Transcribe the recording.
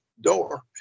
door